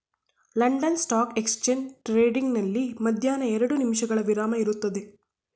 London stock exchange trading ನಲ್ಲಿ ಮಧ್ಯಾಹ್ನ ಎರಡು ನಿಮಿಷಗಳ ವಿರಾಮ ಇರುತ್ತದೆ